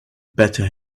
better